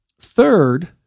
third